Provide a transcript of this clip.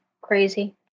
crazy